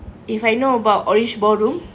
if I know about orange ballroom